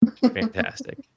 Fantastic